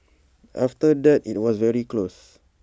after that IT was very close